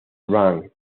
lang